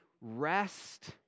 rest